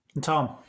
Tom